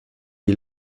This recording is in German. die